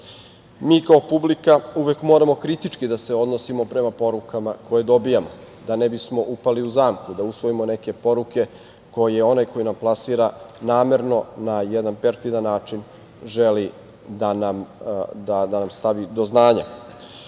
Mi kao publika uvek moramo kritički da se odnosimo prema porukama koje dobijamo, da ne bismo upali u zamku da usvojimo neke poruke koje onaj koji nam plasira namerno, na jedan perfidan način, želi da nam stavi do znanja.U